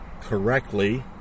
correctly